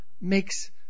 makes